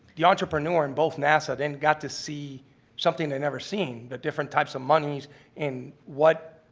the entrepreneur and both nasa then got to see something they'd never seen. the different types of monies and what,